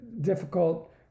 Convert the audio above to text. difficult